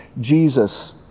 Jesus